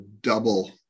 double